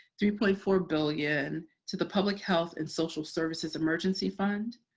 three point four billion to the public health and social services emergency fund,